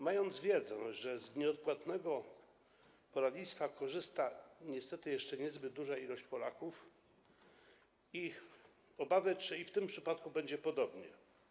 Mając wiedzę, że z nieodpłatnego poradnictwa korzysta niestety jeszcze niezbyt duża liczba Polaków, mam obawy, czy i w tym przypadku nie będzie podobnie.